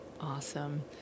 Awesome